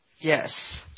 Yes